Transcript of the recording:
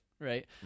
right